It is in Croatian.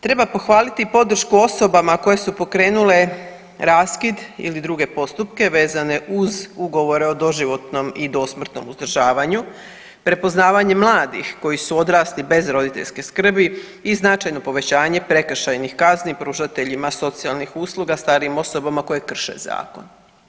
Treba pohvaliti i podršku osobama koje su pokrenule raskid ili druge postupke vezane uz Ugovore o doživotnom i dosmrtnom uzdržavanju, prepoznavanje mladih koji su odrasli bez roditeljske skrbi i značajno povećanje prekršajnih kazni pružateljima socijalnih usluga starijim osobama koje krše zakon.